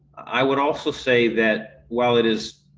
i would also say that while it is.